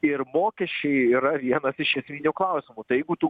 ir mokesčiai yra vienas iš esminių klausimų tai jeigu tu